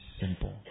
simple